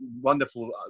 wonderful